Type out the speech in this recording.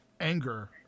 anger